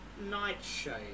Nightshade